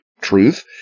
truth